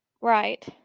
Right